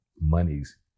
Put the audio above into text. monies